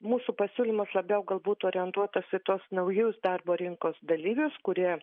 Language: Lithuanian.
mūsų pasiūlymas labiau galbūt orientuotas į tuos naujus darbo rinkos dalyvius kurie